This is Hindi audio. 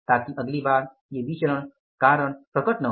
ताकि अगली बार ये विचरण कारण प्रकट न हो